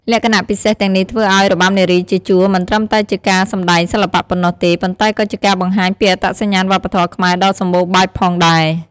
លក្ខណៈពិសេសទាំងនេះធ្វើឱ្យរបាំនារីជាជួរមិនត្រឹមតែជាការសម្តែងសិល្បៈប៉ុណ្ណោះទេ ប៉ុន្តែក៏ជាការបង្ហាញពីអត្តសញ្ញាណវប្បធម៌ខ្មែរដ៏សម្បូរបែបផងដែរ។